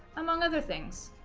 among other things.